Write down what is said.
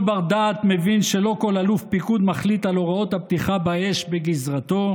כל בר דעת מבין שלא כל אלוף פיקוד מחליט על הוראות הפתיחה באש בגזרתו,